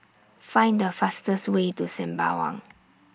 Find The fastest Way to Sembawang